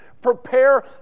prepare